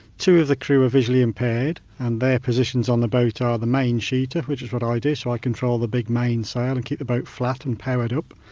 two of the crew are visually impaired and their positions on the boat are are the main sheeter, which is what i do, so i control the big main sail and keep the boat flat and powered up.